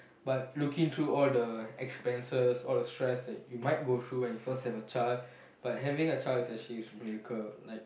but looking through all the expenses all the stress that you might go through when you first have a child but having a child is actually spiritual